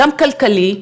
גם כלכלי,